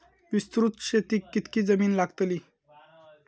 विस्तृत शेतीक कितकी जमीन लागतली?